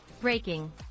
BREAKING